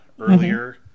earlier